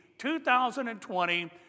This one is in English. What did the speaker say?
2020